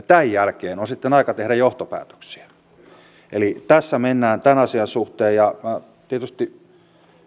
tämän jälkeen on sitten aika tehdä johtopäätöksiä eli tässä mennään tämän asian suhteen näin ja tietysti